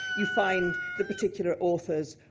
you find the particular authors,